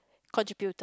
contributed